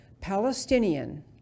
Palestinian